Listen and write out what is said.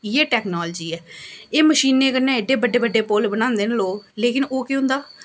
इ'यै टैकनॉलजी ऐ एह् मशीनें कन्नै एड्डे बड्डे बड्डे पुल बनांदे न लोग लेकिन ओह् केह् होंदा